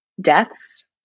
deaths